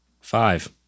five